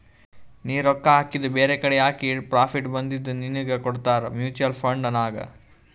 ನೀ ರೊಕ್ಕಾ ಹಾಕಿದು ಬೇರೆಕಡಿ ಹಾಕಿ ಪ್ರಾಫಿಟ್ ಬಂದಿದು ನಿನ್ನುಗ್ ಕೊಡ್ತಾರ ಮೂಚುವಲ್ ಫಂಡ್ ನಾಗ್